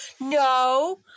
no